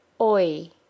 Oi